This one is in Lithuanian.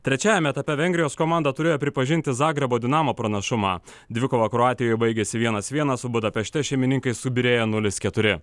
trečiajam etape vengrijos komanda turėjo pripažinti zagrebo dinamo pranašumą dvikova kroatijoj baigėsi vienas vienas o budapešte šeimininkai subyrėjo nulis keturi